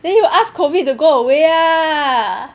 then you ask COVID to go away ah